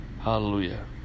hallelujah